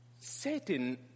Satan